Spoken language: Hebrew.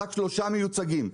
רק שלושה מיוצגים.